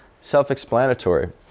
self-explanatory